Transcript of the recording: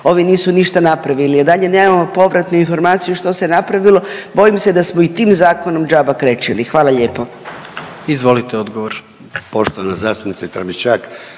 ovi nisu ništa napravili i dalje nemamo povratnu informaciju što se napravilo. Bojim se da smo i tim zakonom džabe krečili. Hvala lijepo. **Jandroković,